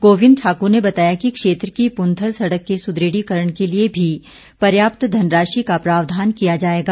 गोविंद ठाकुर ने बताया कि क्षेत्र की पुंथल सड़क के सुदृढ़ीकरण के लिए भी पर्याप्त धनराशि का प्रावधान किया जाएगा